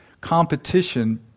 competition